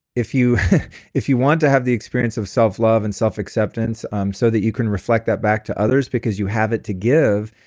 if you if you want to have the experience of self love and self acceptance um so that you can reflect that back to others because you have it to give,